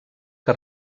que